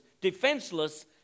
defenseless